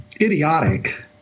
idiotic